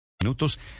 Minutos